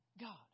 God